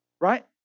Right